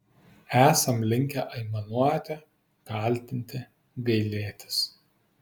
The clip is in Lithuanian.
esam linkę aimanuoti kaltinti gailėtis